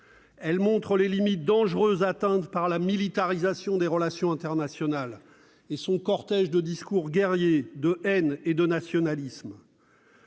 Elle montre les limites dangereuses atteintes par la militarisation des relations internationales et son cortège de discours guerriers, de haine et de nationalisme.